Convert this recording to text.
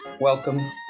welcome